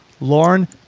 Lauren